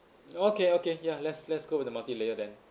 okay okay ya let's let's go with the multi-layer then